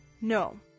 No